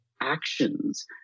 actions